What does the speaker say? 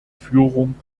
führung